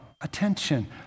attention